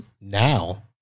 now